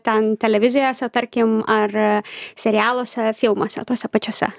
ten televizijose tarkim ar serialuose filmuose tose pačiose